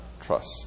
trust